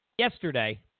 Yesterday